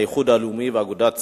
האיחוד הלאומי ואגודת ישראל.